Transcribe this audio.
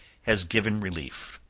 has given relief.